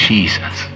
Jesus